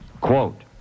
Quote